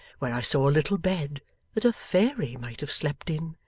where i saw a little bed that a fairy might have slept in,